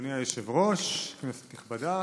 אדוני היושב-ראש, כנסת נכבדה,